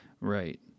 Right